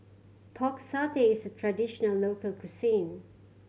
Pork Satay is a traditional local cuisine